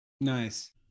Nice